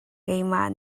keimah